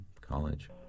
college